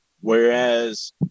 Whereas